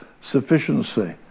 sufficiency